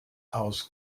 aus